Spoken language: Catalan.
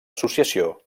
associació